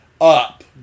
up